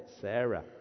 Sarah